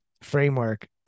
framework